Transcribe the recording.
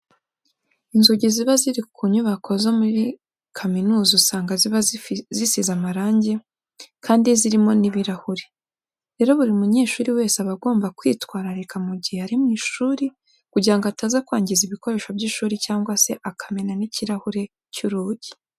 Inzugi ziba ziri ku nyubako zo muri kaminuza usanga ziba zisize amarange kandi zirimo n'ibirahure. Rero buri munyeshuri wese aba agomba kwitwararika mu gihe ari mu ishuri kugira ngo ataza kwangiza ibikoresho by'ishuri cyangwa se akamena n'ikirahure cy'urugi.